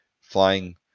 flying